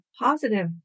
positive